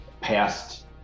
past